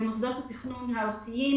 במוסדות התכנון הארציים,